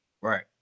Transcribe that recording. Right